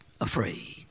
Afraid